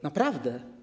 Naprawdę.